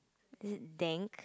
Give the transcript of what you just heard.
is it dank